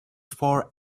for